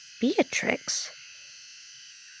Beatrix